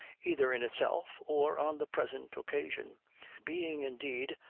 either in itself or on the present occasion being, indeed,